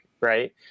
right